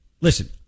listen